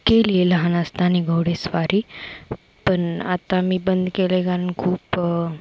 केली आहे लहान असताना घोडेस्वारी पण आता मी बंद केले कारण खूप